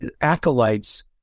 acolytes